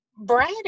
Brad